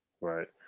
Right